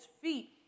feet